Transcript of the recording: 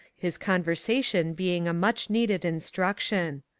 his conversation being a much needed instruction.